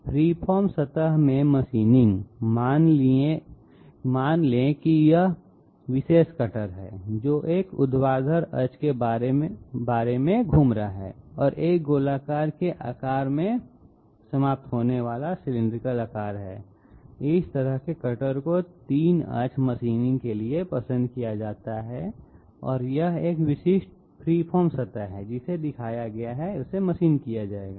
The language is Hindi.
फ्री फॉर्म सतह में मशीनिंग मान लें कि यह विशेष कटर है जो एक ऊर्ध्वाधर अक्ष के बारे में घूम रहा है और एक गोलाकार के आकार में समाप्त होने वाला सिलैंडरिकल आकार है इस तरह के कटर को 3 अक्ष मशीनिंग के लिए पसंद किया जाता है और यह एक विशिष्ट फ्री फॉर्म सतह है जिसे दिखाया गया है मशीन किया जाएगा